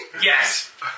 Yes